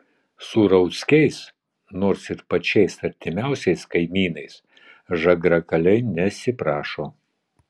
su rauckiais nors ir pačiais artimiausiais kaimynais žagrakaliai nesiprašo